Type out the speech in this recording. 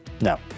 No